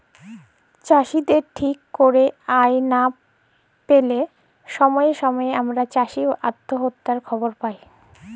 চাষীদের ঠিক ক্যইরে আয় লা প্যাইলে ছময়ে ছময়ে আমরা চাষী অত্যহত্যার খবর পায়